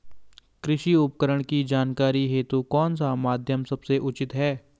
कृषि उपकरण की जानकारी हेतु कौन सा माध्यम सबसे उचित है?